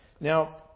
Now